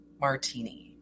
Martini